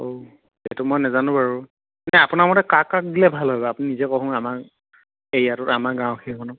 অ' সেইটো মই নেজানো বাৰু নাই আপোনাৰ মতে কাক কাক দিলে ভাল হয় বাৰু আপুনি নিজে কওচোন আমাৰ এৰিয়াটোত আমাৰ গাঁও সেইখনক